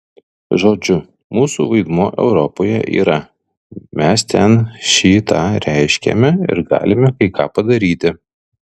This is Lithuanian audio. žodžiu mūsų vaidmuo europoje yra mes ten šį tą reiškiame ir galime kai ką padaryti